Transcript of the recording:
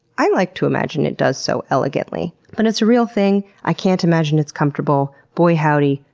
i like to imagine it does so elegantly. but it's a real thing. i can't imagine it's comfortable. boy howdy,